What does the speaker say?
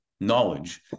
knowledge